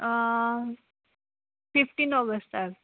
fifteen ऑगस्टाक